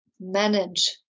manage